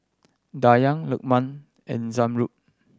Dayang Lukman and Zamrud